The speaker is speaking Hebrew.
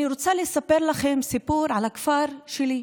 אני רוצה לספר לכם סיפור על הכפר שלי,